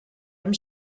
amb